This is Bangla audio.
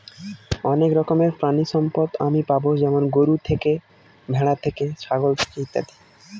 অনেক রকমের প্রানীসম্পদ আমি পাবো যেমন গরু থেকে, ভ্যাড়া থেকে, ছাগল থেকে ইত্যাদি